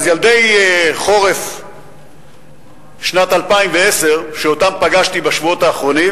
ילדי חורף שנת 2010 שאותם פגשתי בשבועות האחרונים